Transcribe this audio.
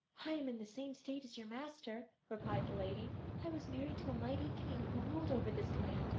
i am in the same state as your master replied the lady i was married to a mighty king who ruled over this land,